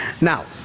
Now